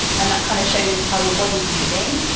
and that kind of shows us how your body's moving.